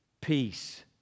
Peace